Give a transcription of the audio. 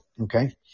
Okay